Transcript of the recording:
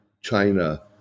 China